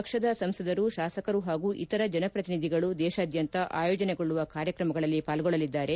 ಪಕ್ಷದ ಸಂಸದರು ತಾಸಕರು ಹಾಗೂ ಇತರ ಜನಪ್ರತಿನಿಧಿಗಳು ದೇಶಾದ್ಯಂತ ಆಯೋಜನೆಗೊಳ್ಳುವ ಕಾರ್ಯಕ್ರಮಗಳಲ್ಲಿ ಪಾಲ್ಗೊಳ್ಳಲಿದ್ದಾರೆ